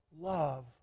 love